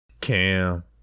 cam